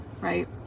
right